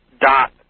dot